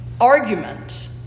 argument